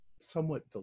somewhat